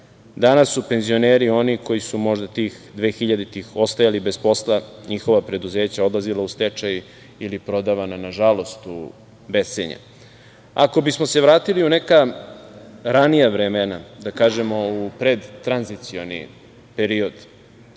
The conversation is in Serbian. su penzioneri oni koji su možda tih dvehiljaditih ostajali bez posla, njihova preduzeća odlazila u stečaj ili prodavana, nažalost, u bescenje. Ako bismo se vratili u neka ranija vremena, da kažemo, u predtranzicioni period